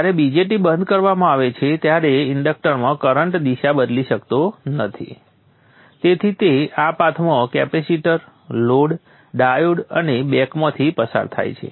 જ્યારે BJT બંધ કરવામાં આવે છે ત્યારે ઇન્ડક્ટરમાં કરંટ દિશા બદલી શકતો નથી તેથી તે આ પાથમાં કેપેસિટર લોડ ડાયોડ અને બેકમાંથી પસાર થાય છે